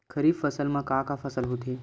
खरीफ फसल मा का का फसल होथे?